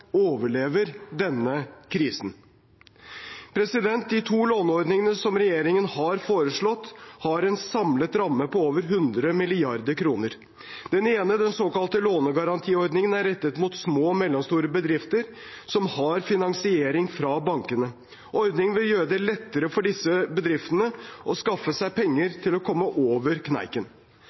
overlever denne krisen. De to låneordningene som regjeringen har foreslått, har en samlet ramme på over 100 mrd. kr. Den ene, den såkalte lånegarantiordningen, er rettet mot små og mellomstore bedrifter som har finansiering fra bankene. Ordningen vil gjøre det lettere for disse bedriftene å skaffe seg penger til å komme over kneiken.